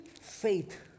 faith